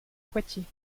poitiers